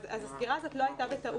אז זה לא היה בטעות.